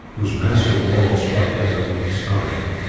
whose massive walls struck edmund with astonishment.